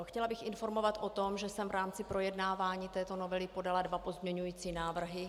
Chtěla bych informovat o tom, že jsem v rámci projednávání této novely podala dva pozměňovací návrhy.